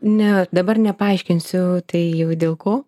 ne dabar nepaaiškinsiu tai dėl ko